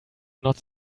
not